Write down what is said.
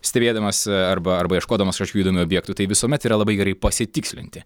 stebėdamas arba arba ieškodamas kažkokių įdomių objektų tai visuomet yra labai gerai pasitikslinti